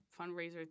fundraiser